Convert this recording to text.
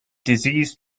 disease